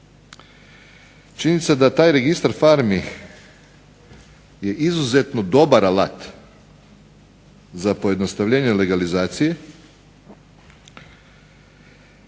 Činjenica je da taj registar farmi je izuzetno dobar alat za pojednostavljenje legalizacije